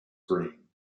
green